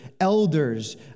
elders